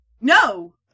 No